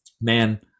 man